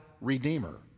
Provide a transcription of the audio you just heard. Redeemer